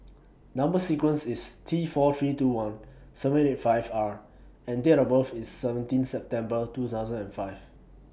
Number sequence IS T four three two one seven eight five R and Date of birth IS seventeen September two thousand and five